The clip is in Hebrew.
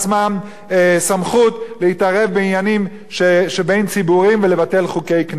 סמכות להתערב בעניינים שהם ציבוריים ולבטל חוקי כנסת.